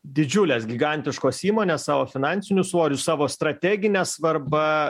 didžiulės gigantiškos įmonės savo finansiniu svoriu savo strategine svarba